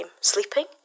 Sleeping